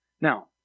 Now